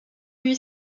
lui